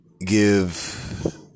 give